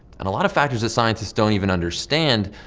and a lot of factors that scientists don't even understand,